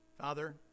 Father